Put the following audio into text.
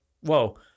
Whoa